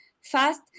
fast